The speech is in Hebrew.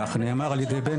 כך נאמר על ידי בני.